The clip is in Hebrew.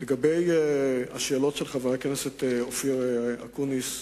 לגבי השאלות של חבר הכנסת אופיר אקוניס,